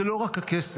זה לא רק הכסף,